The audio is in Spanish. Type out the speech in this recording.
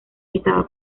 estaba